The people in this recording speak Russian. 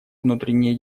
внутренние